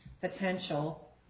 potential